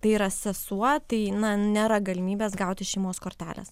tai yra sesuo tai na nėra galimybės gauti šeimos kortelės